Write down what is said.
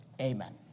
Amen